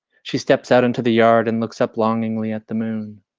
she steps out into the yard and looks up longingly at the moon